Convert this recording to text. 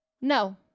No